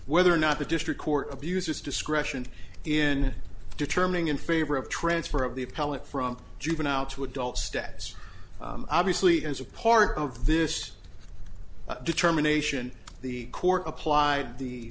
whether or not the district court of use its discretion in determining in favor of transfer of the appellant from juvenile to adult status obviously as a part of this determination the court applied the